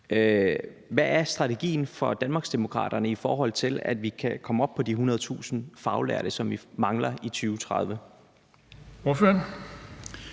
Hvad er strategien fra Danmarksdemokraterne, i forhold til at vi kan komme op på de 100.000 faglærte, som vi mangler i 2030?